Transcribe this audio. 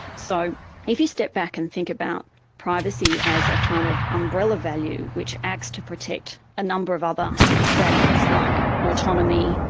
so if you step back and think about privacy as a kind of umbrella value which acts to protect a number of other values like autonomy,